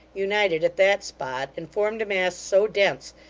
united at that spot, and formed a mass so dense,